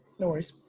no worries.